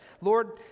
Lord